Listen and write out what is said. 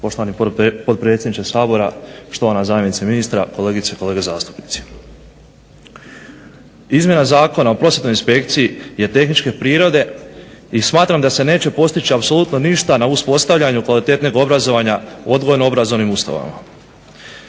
Poštovani potpredsjedniče Sabora, štovana zamjenice ministra, kolegice i kolege zastupnici. Izmjena zakona o prosvjetnoj inspekciji je tehničke prirode i smatram da se neće postići apsolutno ništa na uspostavljanju kvalitetnijeg obrazovanja u odgojno-obrazovnim ustanovama.